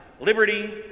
liberty